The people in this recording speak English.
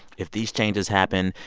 if these changes happen,